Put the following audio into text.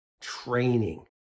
training